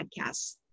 podcasts